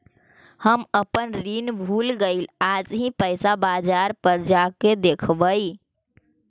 हम अपन ऋण भूल गईली आज ही पैसा बाजार पर जाकर देखवई